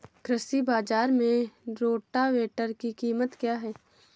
कृषि बाजार में रोटावेटर की कीमत क्या है?